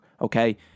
okay